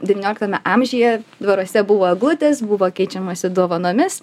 devynioliktame amžiuje dvaruose buvo eglutės buvo keičiamasi dovanomis